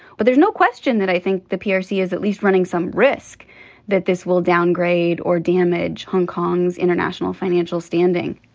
but there's no question that i think the prc is at least running some risk that this will downgrade or damage hong kong's international financial standing